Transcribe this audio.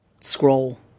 scroll